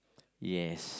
yes